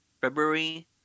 February